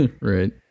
Right